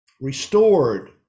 restored